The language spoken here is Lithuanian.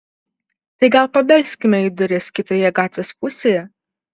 tai gal pabelskime į duris kitoje gatvės pusėje